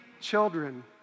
children